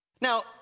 Now